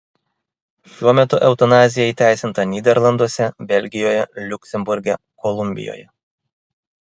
šiuo metu eutanazija įteisinta nyderlanduose belgijoje liuksemburge kolumbijoje